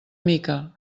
mica